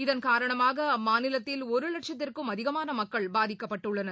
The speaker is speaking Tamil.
இதன் காரணமாக அம்மாநிலத்தில் ஒரு வட்சத்திற்கும் அதிகமான மக்கள் பாதிக்கப்பட்டுள்ளனர்